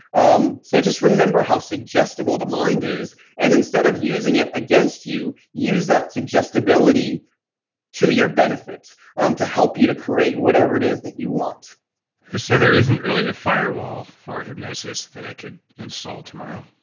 um so just remember how suggestible the mind is and instead of using it against you, use that suggestibility to your benefit um to help you to create whatever it is that you want so there isn't really a fire wall for hypnosis that i could install tomorrow?